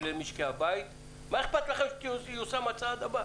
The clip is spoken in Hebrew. למשקי הבית, מה אכפת לך שייושם הצעד הבא?